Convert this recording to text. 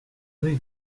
rue